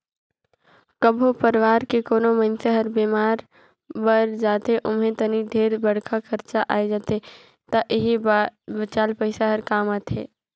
कभो परवार के कोनो मइनसे हर बेमार पर जाथे ओम्हे तनिक ढेरे बड़खा खरचा आये जाथे त एही बचाल पइसा हर काम आथे